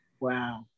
Wow